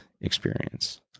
experience